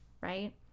right